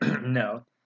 No